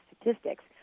statistics